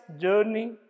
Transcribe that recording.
journey